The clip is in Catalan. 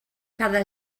cada